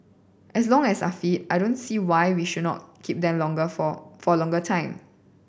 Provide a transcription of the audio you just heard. as long as are fit I don't see why we should not keep them longer for for a longer time